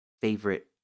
favorite